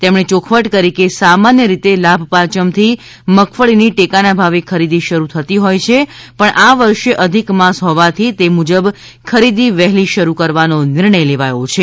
તેમણે ચોખવટ કરી છે કે સામાન્ય રીતે લાભપાંચમથી મગફળીની ટેકાના ભાવે ખરીદી શરૂ થતી હોય છે પણ આ વર્ષે અધિક માસ હોવાથી તે મુજબ ખરીદી વહેલી શરૂ કરવાનો નિર્ણય લેવાયો છે